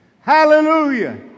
Hallelujah